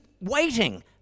waiting